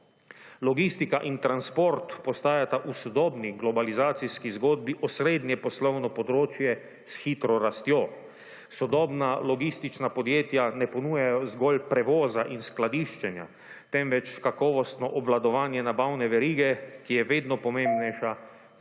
Logistika in transport postajata v sodobni globalizacijski zgodi osrednje poslovno področje s hitro rastjo. Sodobna logistična podjetja ne ponujajo zgolj prevoza in skladiščenja, temveč kakovostno obvladovanje nabavne verige, ki je vedno pomembnejša